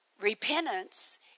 repentance